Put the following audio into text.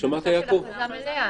--- בהכרזה מלאה